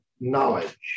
knowledge